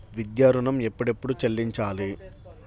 విద్యా ఋణం ఎప్పుడెప్పుడు చెల్లించాలి?